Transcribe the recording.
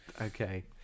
Okay